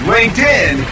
LinkedIn